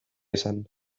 esan